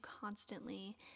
constantly